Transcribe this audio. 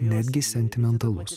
netgi sentimentalus